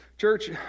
Church